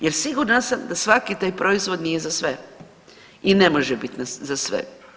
Jer sigurna sam da svaki taj proizvod nije za sve i ne može biti za sve.